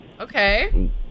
Okay